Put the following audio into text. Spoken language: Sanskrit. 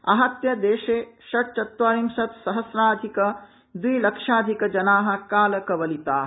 आहत्य देशे षट्चत्वारिंशत् सहस्राधिक द्विलक्षाधिक जनाः कालकवलिता